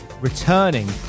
returning